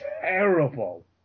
terrible